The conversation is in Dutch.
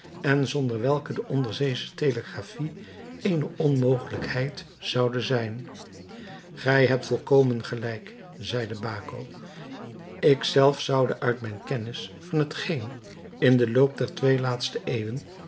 en zonder welke de onderzeesche telegraphie eene onmogelijkheid zoude zijn gij hebt volkomen gelijk zeide baco ik zelf zoude uit mijne kennis van hetgeen in den loop der twee laatste eeuwen